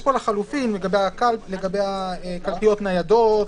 יש הסתייגות לגבי הקלפיות הניידות,